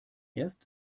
erst